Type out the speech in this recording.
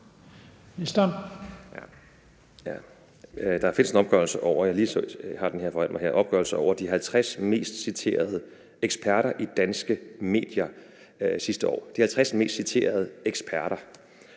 her foran mig – over de 50 mest citerede eksperter i danske medier sidste år;